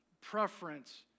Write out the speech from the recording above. Preference